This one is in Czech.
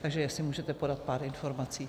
Takže jestli můžete podat pár informací.